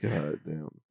Goddamn